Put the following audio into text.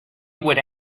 would